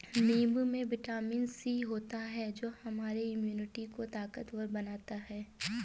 नींबू में vitamin C होता है जो हमारे इम्यूनिटी को ताकतवर बनाता है